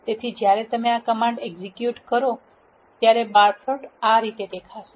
તેથી જ્યારે તમે આ કમાન્ડ એક્ઝિક્યુટ કરો બાર પ્લોટ આ રીતે દેખાય છે